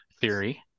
theory